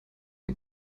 ein